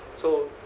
so